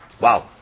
Wow